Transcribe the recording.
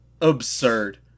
Absurd